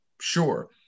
sure